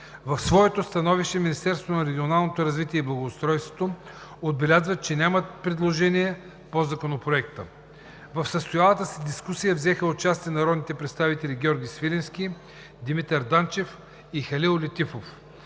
развитие и благоустройството отбелязва, че нямат предложения по Законопроекта. В състоялата се дискусия взеха участие народните представители Георги Свиленски, Димитър Данчев и Халил Летифов.